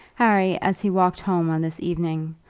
harry, as he walked home on this evening,